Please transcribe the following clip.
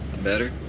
Better